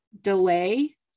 Delay